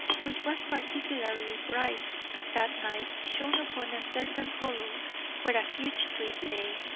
which was particularly bright that night, shone upon a certain hollow where a huge tree lay.